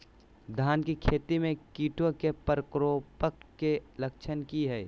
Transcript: धान की खेती में कीटों के प्रकोप के लक्षण कि हैय?